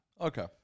Okay